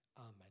Amen